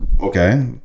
Okay